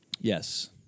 Yes